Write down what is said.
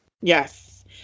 Yes